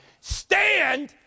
stand